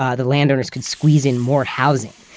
um the landowners could squeeze in more housing,